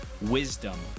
wisdom